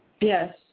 Yes